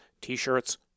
t-shirts